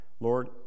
Lord